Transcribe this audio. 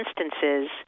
instances